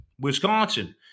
Wisconsin